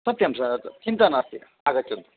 सत्यं स चिन्ता नास्ति आगच्छन्तु